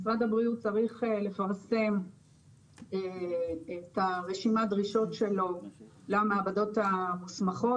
משרד הבריאות צריך לפרסם את רשימת הדרישות שלו למעבדות המוסמכות.